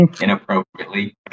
inappropriately